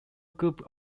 group